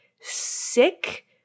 sick